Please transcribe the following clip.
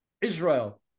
Israel